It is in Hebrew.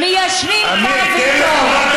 מיישרים קו איתו.